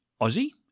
aussie